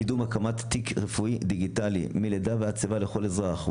קידום הקמת תיק רפואי דיגיטלי מלידה ועד צבא לכל אזרח.